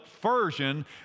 version